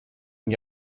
und